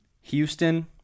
Houston